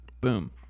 Boom